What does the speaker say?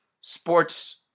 sports